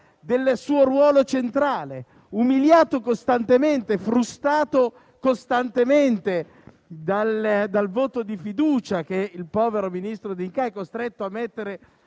del suo ruolo centrale, umiliato e frustrato costantemente dal voto di fiducia che il povero ministro D'Incà è costretto a porre